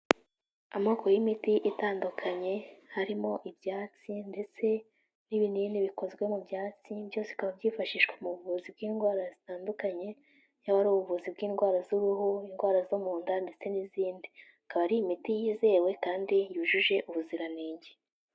Amoko y'imiti itandukanye, harimo ibyatsi ndetse n'ibinini bikozwe mu byatsi, byose bikaba byifashishwa mu buvuzi bw'indwara zitandukanye, yaba ari ubuvuzi bw'indwara z'uruhu, indwara zo mu nda ndetse n'izindi, ikaba ari imiti yizewe kandi yujuje ubuziranenge.